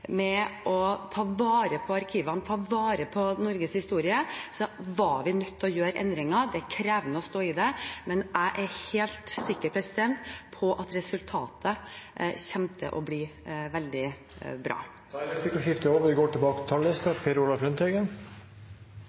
med å ta vare på arkivene, ta vare på Norges historie, var vi nødt til å gjøre endringer. Det er krevende å stå i det, men jeg er helt sikker på at resultatet kommer til å bli veldig bra. Replikkordskiftet er omme. Nok engang opplever en i et replikkordskifte ikke å få svar på det en spør om, og